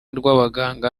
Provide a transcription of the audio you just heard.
rw’abaganga